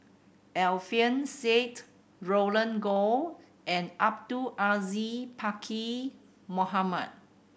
Alfian Sa'at Roland Goh and Abdul Aziz Pakkeer Mohamed